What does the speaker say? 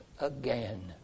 again